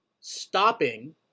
stopping